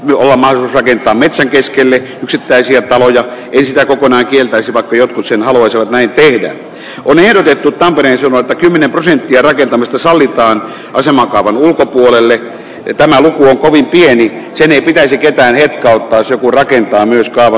alueella näkee metsän keskelle yksittäisiä taloja niistä kokonaan kieltäisivat pian sen haluaisivat vain peli on ehdotettu palvelleet ovat kymmenen prosenttia rakentamista sallitaan asemakaavan ulkopuolelle että kovin pieni se pitäisi ketään ei auttaisi muu rakentaa myös vahva